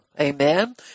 Amen